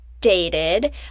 dated